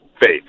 faith